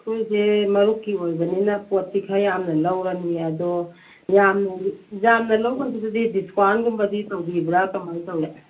ꯑꯩꯈꯣꯏꯁꯦ ꯃꯔꯨꯞꯀꯤ ꯑꯣꯏꯕꯅꯤꯅ ꯄꯣꯠꯇꯤ ꯈꯔ ꯌꯥꯝꯅ ꯂꯧꯔꯅꯤ ꯑꯗꯣ ꯌꯥꯝꯅ ꯌꯥꯝꯅ ꯂꯧꯒ꯭ꯔꯕꯨꯗꯤ ꯗꯤꯁꯀꯥꯎꯟꯒꯨꯝꯕꯗꯤ ꯇꯧꯕꯤꯕ꯭ꯔꯥ ꯀꯃꯥꯏꯅ ꯇꯧꯏ